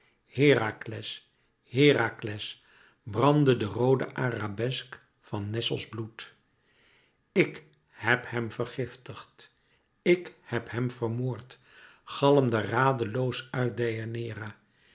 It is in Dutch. herakles herakles brandde de roode arabesk van nessos bloed ik heb hem vergiftigd ik heb hem vermoord galmde radeloos uit deianeira